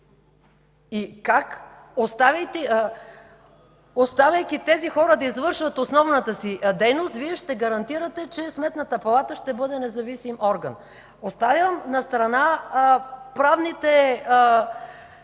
Как, оставяйки тези хора да извършват основната си дейност, Вие ще гарантирате, че Сметната палата ще бъде независим орган?! Оставям настрана правните